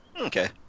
Okay